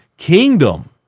Kingdom